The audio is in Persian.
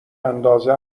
اندازه